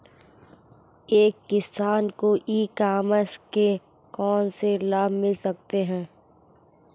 एक किसान को ई कॉमर्स के कौनसे लाभ मिल सकते हैं?